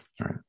Right